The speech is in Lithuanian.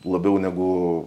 labiau negu